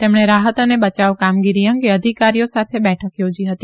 તેમણે રાહત અને બચાવ કામગીરી અંગે અધિકારીઓ સાથે બેઠક થોજી હતી